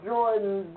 Jordan